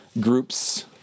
groups